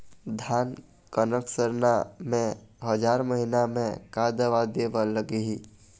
धान कनक सरना मे हजार महीना मे का दवा दे बर लगही?